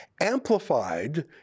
amplified